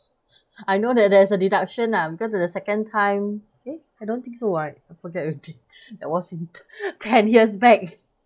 I know that there's a deduction ah because the second time eh I don't think so [what] I forget already that was in ten years back